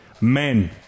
Men